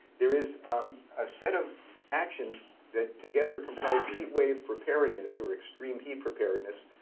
there is um a set of actions that, together, comprise heat wave preparedness, or extreme heat preparedness.